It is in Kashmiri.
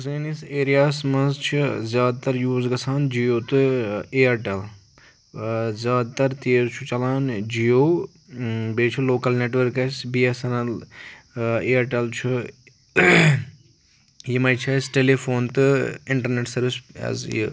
سٲنِس ایریاہَس منٛز چھِ زیادٕ تر یوٗز گژھان جِیو تہٕ اِیَٹَل زیادٕ تر تیز چھُ چَلان جِیو بیٚیہِ چھُ لوکَل نٮ۪ٹؤرٕک اَسہِ B S N L Airtel چھُ یِمَے چھِ اَسہِ ٹیلی فون تہٕ اِنٹرنٮ۪ٹ سٔروِس یہِ حظ یہِ